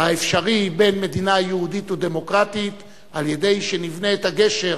האפשרי בין מדינה יהודית לדמוקרטית על-ידי שנבנה את הגשר,